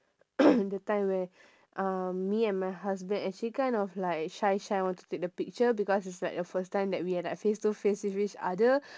that time where um me and my husband actually kind of like shy shy want to take the picture because it's like the first time that we are like face to face see each other